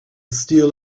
steel